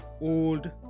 old